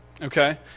Okay